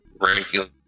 ranking